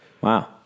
Wow